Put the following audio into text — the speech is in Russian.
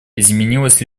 изменилась